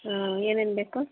ಹಾಂ ಏನೇನು ಬೇಕು